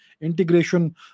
integration